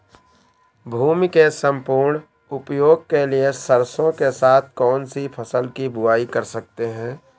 भूमि के सम्पूर्ण उपयोग के लिए सरसो के साथ कौन सी फसल की बुआई कर सकते हैं?